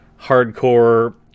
hardcore